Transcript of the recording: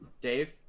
Dave